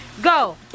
go